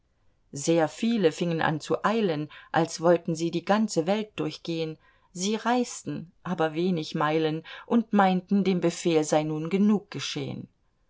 sehr viele fingen an zu eilen als wollten sie die ganze welt durchgehn sie reisten aber wenig meilen und meinten dem befehl sei nun genug geschehn